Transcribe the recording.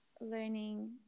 learning